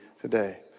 today